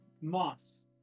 Moss